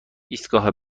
ایستگاه